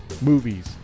movies